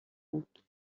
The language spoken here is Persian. بود